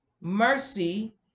mercy